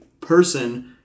person